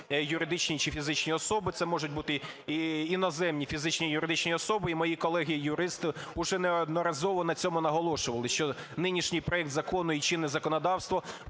юридичні чи фізичні особи, це можуть бути і іноземні фізичні і юридичні особи, і мої колеги юристи уже неодноразово на цьому наголошували, що нинішній проект закону і чинне законодавство